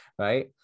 right